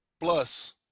plus